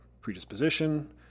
predisposition